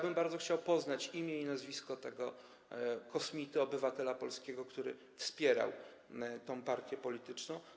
Bardzo chciałbym poznać imię i nazwisko kosmity, obywatela polskiego, który wspierał tę partię polityczną.